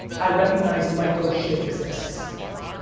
i recognize micro shit exists.